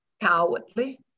cowardly